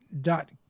dot